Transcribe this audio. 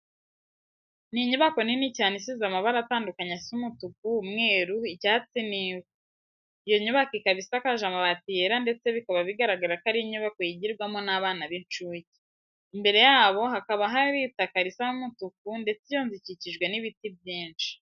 Ni inyubako nini cyane isize amabara atandukanye asa umutuku, umweru, icyatsi n'ivu. Iyo nyubako ikaba isakaje amabati yera ndetse bikaba bigaragara ko ari inyubako yigirwamo n'abana b'incuke. Imbere yayo hakaba hari itaka risa umutuku ndetse iyo nzu ikikijwe n'ibiti byinshi.